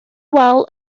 wal